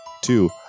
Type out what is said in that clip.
Two